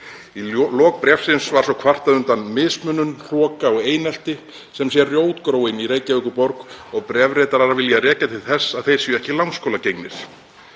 Í lok bréfsins var svo kvartað undan mismunun, hroka og einelti sem væri rótgróið í Reykjavíkurborg og bréfritarar vildu rekja til þess að þeir væru ekki langskólagengnir.